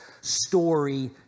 story